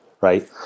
Right